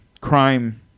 crime